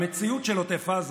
במציאות של עוטף עזה,